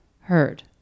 heard